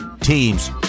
teams